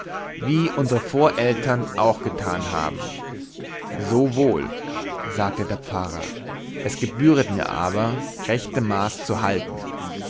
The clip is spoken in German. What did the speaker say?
wie unsere voreltern auch getan haben so wohl sagte der pfarrer es gebühret mir aber rechte maß zu halten